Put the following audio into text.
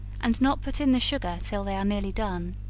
and not put in the sugar till they are nearly done.